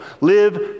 Live